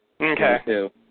Okay